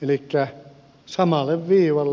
elikkä samalle viivalle